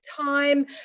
time